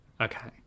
okay